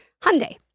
Hyundai